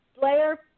Blair